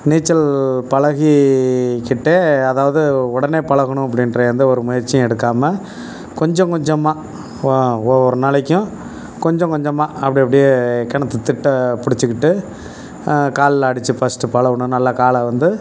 நீச்சல் பழகிக்கிட்டே அதாவது உடனே பழகணும் அப்படின்ற எந்த ஒரு முயற்சியும் எடுக்காமல் கொஞ்சம் கொஞ்சமாக ஒவ்வொரு நாளைக்கும் கொஞ்சம் கொஞ்சமாக அப்படி அப்படியே கிணத்துத் திட்ட பிடிச்சிக்கிட்டு கால்ல அடிச்சசு ஃபஸ்ட்டு பழகணும் நல்லா காலை வந்து